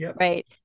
Right